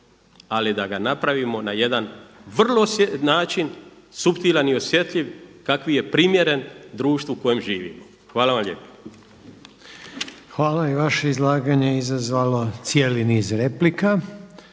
ali da ga napravimo na jedan način suptilan i osjetljiv kakvi je primjeren društvu u kojem živimo. Hvala vam lijepo. **Reiner, Željko (HDZ)** Hvala. I vaše izlaganje je izazvalo cijeli niz replika.